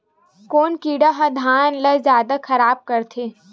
कोन कीड़ा ह धान ल जादा खराब करथे?